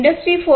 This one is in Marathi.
इंडस्ट्री 4